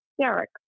Derek